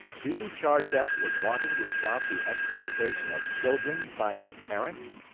do you charge us with wanting to stop the exploitation of children by their parents?